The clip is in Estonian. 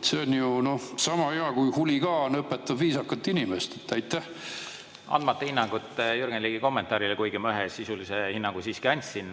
See on sama hea, kui huligaan õpetab viisakat inimest. Andmata hinnangut Jürgen Ligi kommentaarile, kuigi ma ühe sisulise hinnangu siiski andsin,